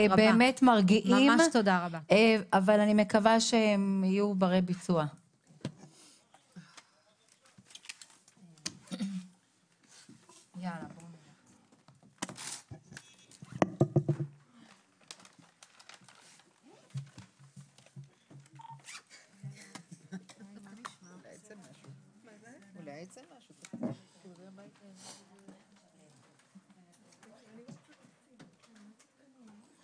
13:59.